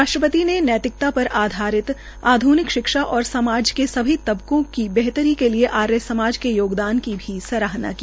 राष्ट्रपति ने नैतिकता पर आधारित आध्निक शिक्षा और समाज के सभी तबकों की बेहतरी के लिए आर्यसमाज के योगदान की भी सहाहना की